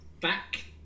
back